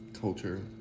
culture